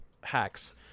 hacks